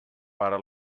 para